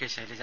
K Shailaja